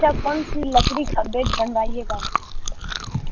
اچھا کون سی لکڑی کا بییڈ بنوائیے گا